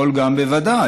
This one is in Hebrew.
יכול, בוודאי.